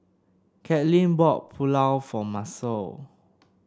Katelin bought Pulao for Macel